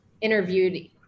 interviewed